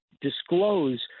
disclose